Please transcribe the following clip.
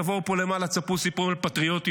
תבואו לפה, למעלה, תספרו סיפורים על פטריוטיות.